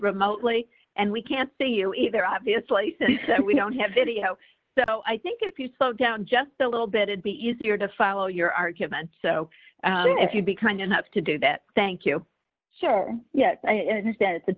remotely and we can't see you either obviously we don't have video so i think if you slow down just a little bit it be easier to follow your argument so if you'd be kind enough to do that thank you sure yet instead it's a